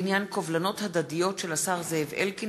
בעניין קובלנות הדדיות של השר זאב אלקין